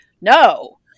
No